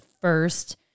first